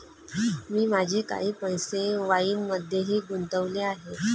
मी माझे काही पैसे वाईनमध्येही गुंतवले आहेत